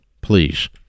please